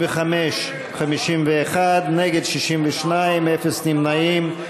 35, 51, נגד, 62, אפס נמנעים.